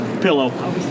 Pillow